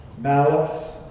malice